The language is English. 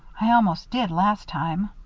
i almost did last time.